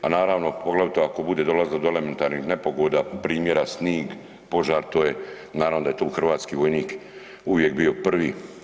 A naravno poglavito ako bude dolazilo do elementarnih nepogoda primjera snijeg, požar naravno da je tu hrvatski vojnik uvijek bio prvi.